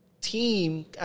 team